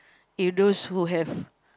you those who have